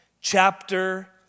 chapter